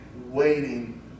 waiting